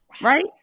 right